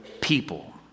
people